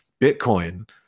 Bitcoin